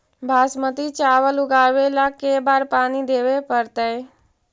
बासमती चावल उगावेला के बार पानी देवे पड़तै?